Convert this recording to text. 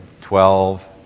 twelve